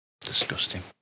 Disgusting